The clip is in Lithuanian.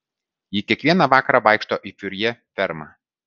ji kiekvieną vakarą vaikšto į furjė fermą